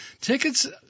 tickets